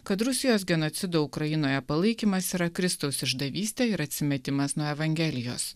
kad rusijos genocido ukrainoje palaikymas yra kristaus išdavystė ir atsimetimas nuo evangelijos